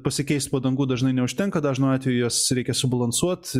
pasikeist padangų dažnai neužtenka dažnu atveju jas reikia subalansuot